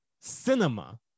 cinema